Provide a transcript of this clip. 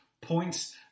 points